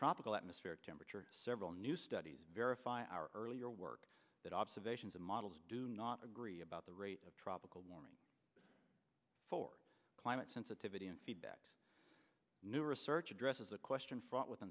tropical atmospheric temperature several new studies verify our earlier work that observations and models do not agree about the rate of tropical warming for climate sensitivity and feedbacks new research addresses a question fraught with